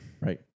Right